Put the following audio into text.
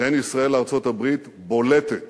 בין ישראל לארצות-הברית בולטת